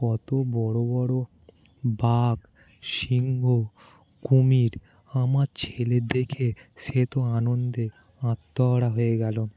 কতো বড়ো বড়ো বাঘ সিংহ কুমির আমার ছেলের দেখে সে তো আনন্দে আত্মহারা হয়ে গেলো